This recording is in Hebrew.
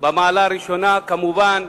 במעלה הראשונה, כמובן,